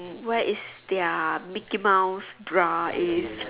where is their mickey mouse bra in